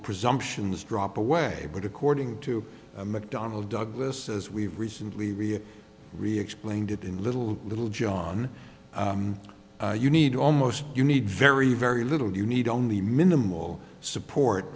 presumptions drop away but according to mcdonnell douglas as we've recently we re explained it in little littlejohn you need almost you need very very little you need only minimal support